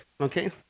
okay